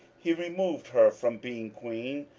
he removed her from being queen,